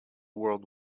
world